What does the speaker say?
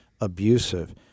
abusive